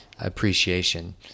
appreciation